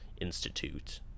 Institute